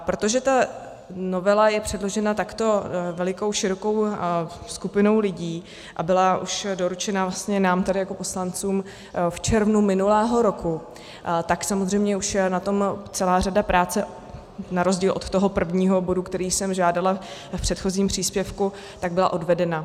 Protože ta novela je předložena takto širokou skupinou lidí a byla už doručena nám jako poslancům v červnu minulého roku, tak samozřejmě na tom už celá řada práce, na rozdíl od toho prvního bodu, který jsem žádala v předchozím příspěvku, byla odvedena.